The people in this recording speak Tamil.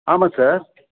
ஆமாம் சார்